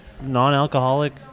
non-alcoholic